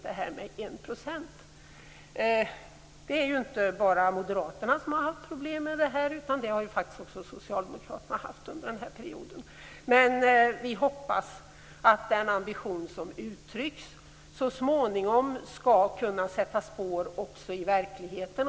Det är inte bara moderaterna som haft problem med detta, utan det har ju faktiskt också socialdemokraterna haft under den här perioden. Men vi hoppas att den ambition som uttrycks så småningom skall kunna sätta spår också i verkligheten.